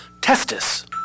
Testis